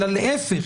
אלא להיפך,